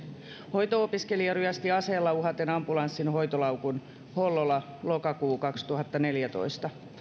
hoito opiskelija ryösti aseella uhaten ambulanssin hoitolaukun hollola lokakuussa kaksituhattaneljätoista